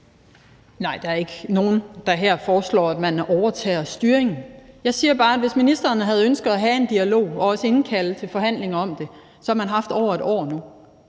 (V): Der er ikke nogen her, der foreslår, at man overtager styringen. Jeg siger bare, at hvis ministeren havde ønsket at have en dialog og også indkalde til forhandlinger om det, havde man haft over et år til